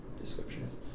descriptions